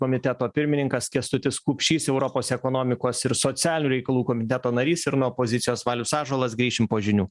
komiteto pirmininkas kęstutis kupšys europos ekonomikos ir socialinių reikalų komiteto narys ir nuo opozicijos valius ąžuolas grįšim po žinių